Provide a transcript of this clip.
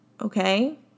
okay